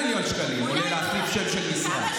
8 מיליון עולה להחליף שם של משרד.